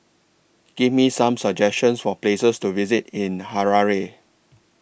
Give Me Some suggestions For Places to visit in Harare